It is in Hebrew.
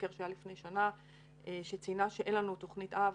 המבקר שהיה לפני שנה וציינה שאין לנו תוכנית אב.